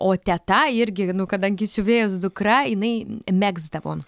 o teta irgi nu kadangi siuvėjos dukra jinai megzdavo